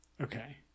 Okay